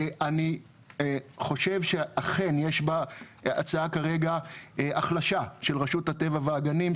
אני חושב שאכן יש בהצעה כרגע החלשה של רשות הטבע והגנים,